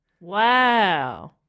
Wow